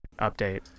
update